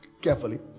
carefully